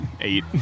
eight